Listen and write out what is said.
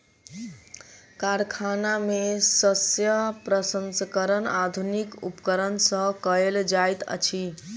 कारखाना में शस्य प्रसंस्करण आधुनिक उपकरण सॅ कयल जाइत अछि